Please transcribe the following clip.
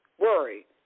worry